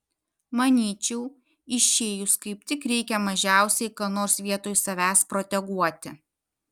manyčiau išėjus kaip tik reikia mažiausiai ką nors vietoj savęs proteguoti